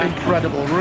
Incredible